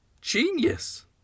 Genius